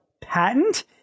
patent